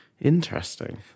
Interesting